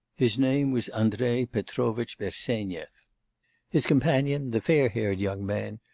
his name was andrei petrovitch bersenyev his companion, the fair-haired young man,